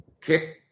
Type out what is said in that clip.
kick